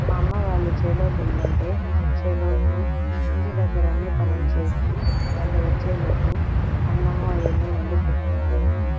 మా అమ్మ వాళ్ళు చేనులోకి వెళ్ళుంటే వచ్చేలోపు ఇంటి దగ్గర అన్ని పనులు చేసి వాళ్ళు వచ్చేలోపు అన్నమూ అవన్నీ వండి పెట్టేవాళ్ళమి